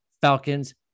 Falcons